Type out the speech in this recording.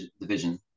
division